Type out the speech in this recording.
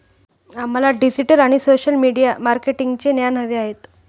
आम्हाला डिजिटल आणि social media मार्केटिंगचे ज्ञान हवे आहे